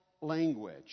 language